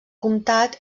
comtat